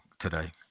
today